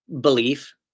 belief